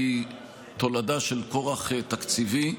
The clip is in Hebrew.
והיא תולדה של כורח תקציבי,